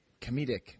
comedic